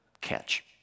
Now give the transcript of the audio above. catch